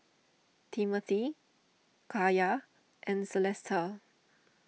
Timmothy Kaya and Celesta